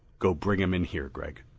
go bring him in here, gregg.